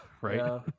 right